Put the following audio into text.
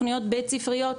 תוכניות בית ספריות,